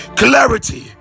clarity